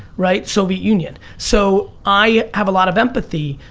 right, soviet union, so i have a lot of empathy.